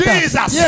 Jesus